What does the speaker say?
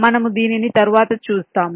మనము దీనిని తరువాత చూస్తాము